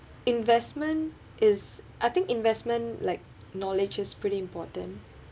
investment is I think investment like knowledge is pretty important